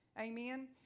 Amen